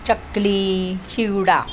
chakli chivda